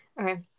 Okay